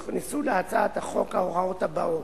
יוכנסו להצעת החוק ההוראות הבאות: